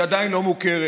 היא עדיין לא מוכרת.